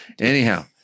anyhow